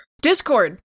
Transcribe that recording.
Discord